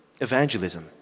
Evangelism